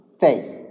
faith